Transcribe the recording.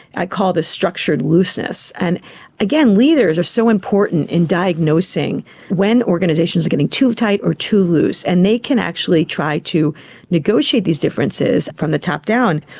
i call this structured looseness. and again, leaders are so important in diagnosing when organisations are getting too tight or too loose, and they can actually try to negotiate these differences from the top down.